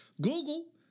Google